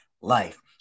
life